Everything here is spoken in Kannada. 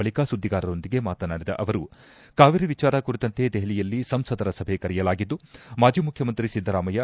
ಬಳಿಕ ಸುದ್ದಿಗಾರರೊಂದಿಗೆ ಮಾತನಾಡಿದ ಅವರು ಕಾವೇರಿ ವಿಚಾರ ಕುರಿತಂತೆ ದೆಪಲಿಯಲ್ಲಿ ಸಂಸದರ ಸಭೆ ಕರೆಯಲಾಗಿದ್ದು ಮಾಜಿ ಮುಖ್ಯಮಂತ್ರಿ ಸಿದ್ದರಾಮಯ್ಯ